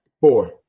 Four